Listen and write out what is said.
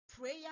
Prayer